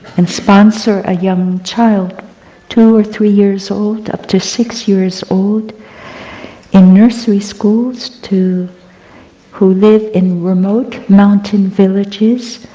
and sponsor a young child two or three years old up to six years old in nursery schools who who live in remote mountain villages,